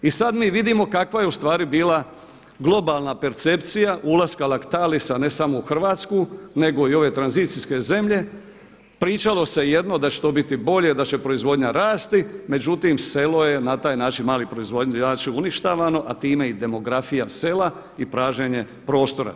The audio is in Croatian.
I sada mi vidimo kakva je ustvari bila globalna percepcija ulaska Lactalisa, ne samo u Hrvatsku nego i ove tranzicijske zemlje, pričalo se jedno, da će to biti bolje, da će proizvodnja rasti, međutim selo je na taj način, mali proizvođači uništavano a time i demografija sela i pražnjenje prostora.